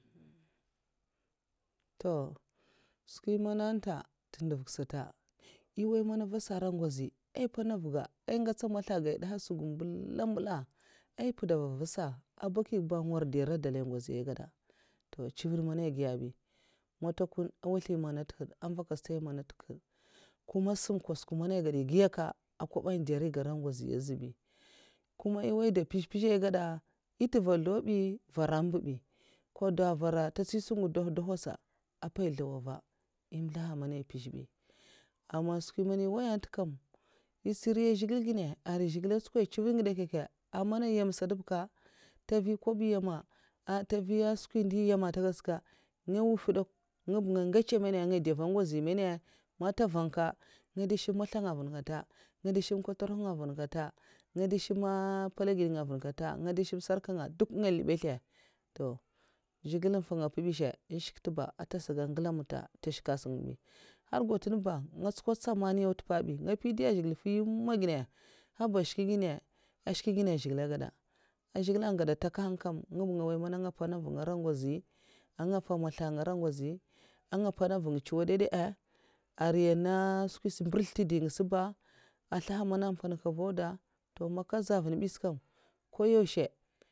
To skwi mana ta tè ndèv ga sata'è wai mana vasa ara ngwozi èh daaha maslaksa ai npèda va ara dèlahi to chivèd mana èi giya bi a ngoslèm èh mana tèhaad èh vak stad èn mana tèhad èh gada wai sam nkosak mana èh gada kwob ndè nringa ara ngwozi ngèda azubi kuma èh wai dèdè mpèz mpèz èh gada èh gi zlèw va èh slaha mana mpèz bi a man skwi man è wai ntè kam èh tsirin ya zhigilè mana arai zhigilè an tsakoi civèd ngidè kyèkyè ah man nyèm sat bka ntè mvi nyèma ta an skwi ndè nyèma ata gèd baka gashi nga nwufè nguba n nga dè va ngwozi avasa an ngwod baka gashi azbay mana ntè van nga dè shèm maslak nga ngè dè shèm kwatarh nga vun gata ansa ba ngo ntsoko tsamani auda bi tih kwas man kaza vin mbi ska nka dègiya kyè kyè?